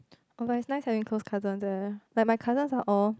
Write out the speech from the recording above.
but it's nice having close cousins eh like my cousins are all